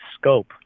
scope